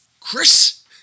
Chris